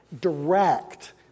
direct